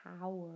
power